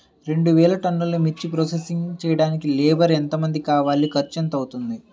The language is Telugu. రెండు వేలు టన్నుల మిర్చి ప్రోసెసింగ్ చేయడానికి లేబర్ ఎంతమంది కావాలి, ఖర్చు ఎంత అవుతుంది?